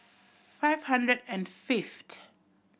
five hundred and fifth